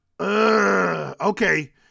okay